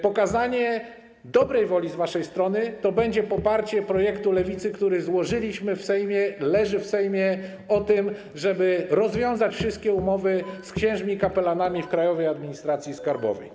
Pokazaniem dobrej woli z waszej strony będzie poparcie projektu Lewicy, który złożyliśmy w Sejmie, który leży w Sejmie, żeby rozwiązać wszystkie umowy z księżmi kapelanami w Krajowej Administracji Skarbowej.